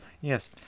Yes